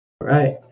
Right